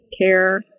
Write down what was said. care